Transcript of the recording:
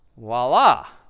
voila.